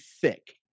thick